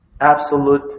Absolute